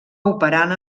operant